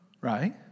Right